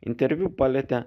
interviu palietė